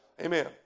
Amen